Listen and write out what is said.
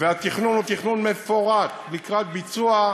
והתכנון הוא תכנון מפורט לקראת ביצוע,